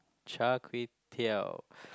Char-Kway-Teow